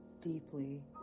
deeply